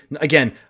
again